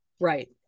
right